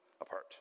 apart